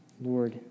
Lord